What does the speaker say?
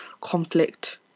conflict